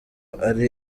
ari